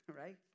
Right